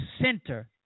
center